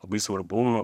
labai svarbu